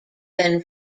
than